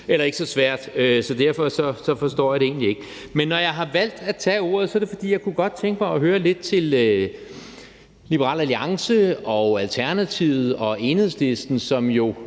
set ikke så svært. Derfor forstår jeg det egentlig ikke. Når jeg har valgt at tage ordet er det, fordi jeg godt kunne tænke mig at høre lidt fra Liberal Alliance, Alternativet og Enhedslisten, som jo